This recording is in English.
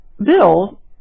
Bill